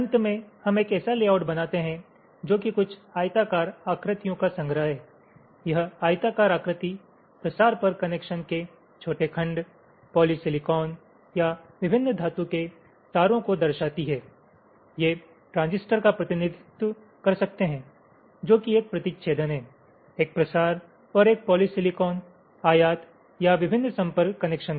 अंत में हम एक ऐसा लेआउट बनाते हैं जो कि कुछ आयताकार आकृतियों का संग्रह है यह आयताकार आकृति प्रसार पर कनेक्शन के छोटे खंड पॉलीसिलिकॉन या विभिन्न धातु के तारों को दर्शती है ये ट्रांजिस्टर का प्रतिनिधित्व कर सकते हैं जो कि एक प्रतिच्छेदन है एक प्रसार और एक पॉलीसिलिकॉन आयात या विभिन्न संपर्क कनेक्शन का